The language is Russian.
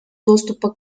доступа